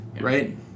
Right